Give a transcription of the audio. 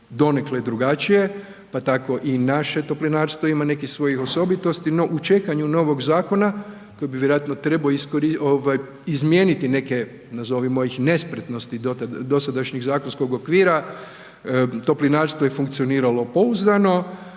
donekle drugačije, pa tako i naše Toplinarstvo ima nekih svojih osobitosti, no u čekanju novog zakona koji bi vjerojatno trebao izmijeniti neke, nazovimo ih, nespretnosti dosadašnjeg zakonskog okvira, Toplinarstvo je funkcioniralo pouzdano,